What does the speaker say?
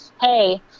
Hey